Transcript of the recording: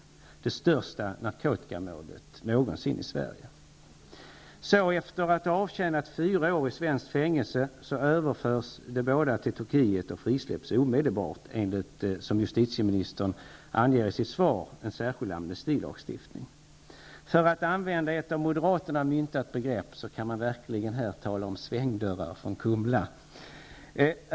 Det var det största narkotikamålet någonsin i Sverige. Efter att ha avtjänat fyra år i svenskt fängelse överförs de båda till Turkiet och frisläpps omedelbart enligt, som justitieministern anger i sitt svar, särskild amnestilagstiftning. Här kan man verkligen, för att använda ett av Moderaterna myntat begrepp, tala om svängdörrar från Kumla.